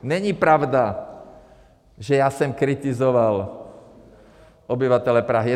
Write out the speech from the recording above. Není pravda, že já jsem kritizoval obyvatele Prahy.